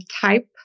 type